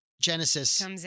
Genesis